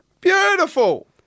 Beautiful